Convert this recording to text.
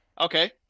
Okay